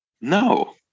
No